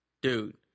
Dude